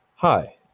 Hi